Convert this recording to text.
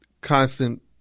constant